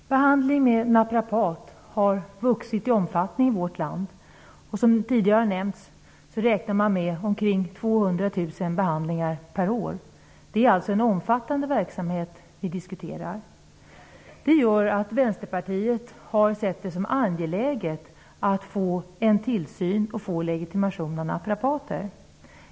Herr talman! Behandling utförd av naprapat har vuxit i omfattning i vårt land. Som tidigare har nämnts räknar man med ca 200 000 behandlingar per år. Det är alltså en omfattande verksamhet som vi diskuterar. Vänsterpartiet har sett det som angeläget att få en tillsyn och legitimering av naprapater.